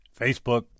Facebook